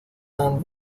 and